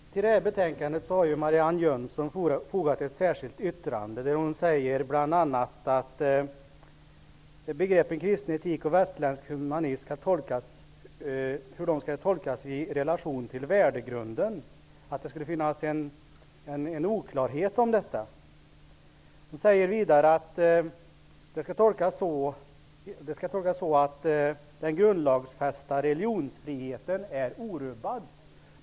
Herr talman! Till detta betänkande har Marianne Jönsson fogat ett särskilt yttrande, där hon bl.a. säger att begreppet kristen etik och västerländsk humanism skall tolkas i relation till värdegrunden och att det skulle kunna råda en oklarhet om detta. Vidare säger Marianne Jönsson att begreppet skall tolkas så, att den grundlagsfästa religionsfriheten är orubbad.